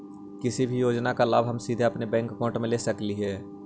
किसी भी योजना का लाभ हम सीधे अपने बैंक अकाउंट में ले सकली ही?